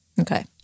okay